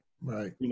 Right